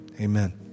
Amen